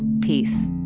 peace